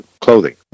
clothing